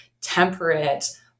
temperate